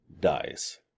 dies